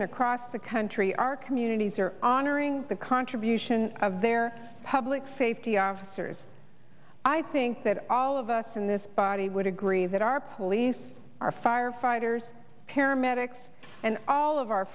and across the country our communities are honoring the contribution of their public safety officers i think that all of us in this body would agree that our police our firefighters paramedics and all of our